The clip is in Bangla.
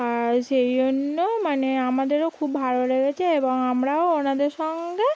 আর সেই জন্য মানে আমাদেরও খুব ভালো লেগেছে এবং আমরাও ওনাদের সঙ্গে